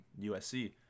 USC